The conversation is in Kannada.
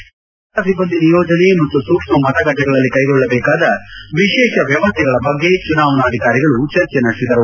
ಕ್ಷೇತ್ರವಾರು ಭದ್ರತಾ ಸಿಬ್ಬಂದಿ ನಿಯೋಜನೆ ಮತ್ತು ಸೂಕ್ಷ್ಮ ಮತಗಟ್ಟೆಗಳಲ್ಲಿ ಕೈಗೊಳ್ಳಬೇಕಾದ ವಿಶೇಷ ವ್ಯವಸ್ಥೆಗಳ ಬಗ್ಗೆ ಚುನಾವಣಾಧಿಕಾರಿಗಳು ಚರ್ಚೆ ನಡೆಸಿದರು